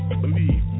Believe